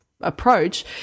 approach